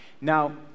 now